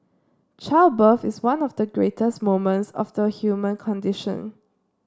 childbirth is one of the greatest moments of the human condition